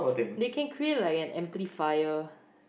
they can create like an amplifier